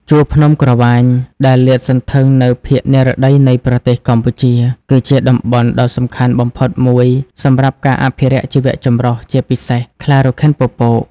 ជួរភ្នំក្រវាញ ដែលលាតសន្ធឹងនៅភាគនិរតីនៃប្រទេសកម្ពុជា គឺជាតំបន់ដ៏សំខាន់បំផុតមួយសម្រាប់ការអភិរក្សជីវៈចម្រុះ ជាពិសេស ខ្លារខិនពពក។